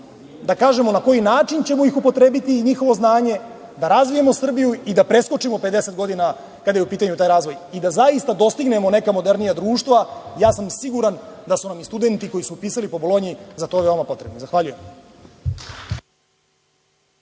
da kažemo na koji način ćemo ih upotrebiti, njihovo znanje, da razvijemo Srbiju i da preskočimo 50 godina kada je u pitanju taj razvoj i da zaista dostignemo neka modernija društva. Ja sam siguran da su nam i studenti koji su upisali po Bolonji za to veoma potrebni. Zahvaljujem.